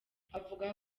avuga